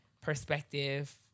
perspective